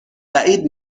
بعید